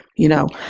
you know?